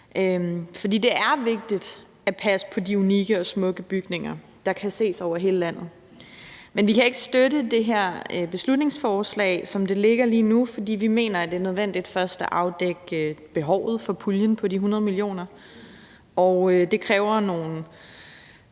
For det er vigtigt at passe på de unikke og smukke bygninger, der kan ses over hele landet. Men vi kan ikke støtte det her beslutningsforslag, som det ligger lige nu, fordi vi mener, at det er nødvendigt først at afdække behovet for puljen på 100 mio. kr., og det kræver nogle